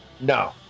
No